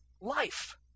life